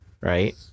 right